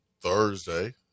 Thursday